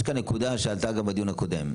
יש כאן נקודה שעלתה גם בדיון הקודם.